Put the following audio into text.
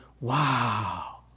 wow